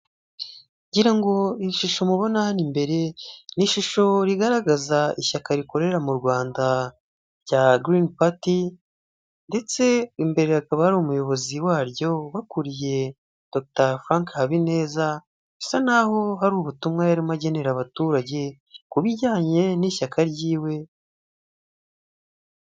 Ngira ngo ishusho mubona hano imbere ni ishusho rigaragaza ishyaka rikorera mu Rwanda rya Girini Pati ndetse imbere hakaba hari umuyobozi waryo ubakuriye dogiteri Frank Habineza bisa nkaho hari ubutumwa yarimo agenera abaturage ku bijyanye n'ishyaka ryiwe.